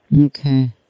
Okay